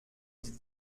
die